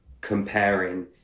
comparing